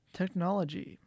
technology